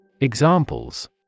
Examples